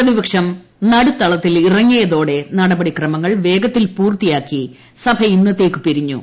പ്രതിപക്ഷം നടുത്തളത്തിൽ ഇറങ്ങിയതോടെ നടപടിക്രമങ്ങൾ വേഗത്തിൽ പൂർത്തിയാക്കി സഭ ്ഇന്നുത്തേക്ക് പിരിഞ്ഞു